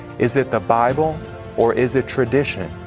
is it the bible or is it tradition?